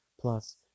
Plus